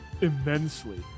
immensely